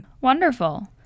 Wonderful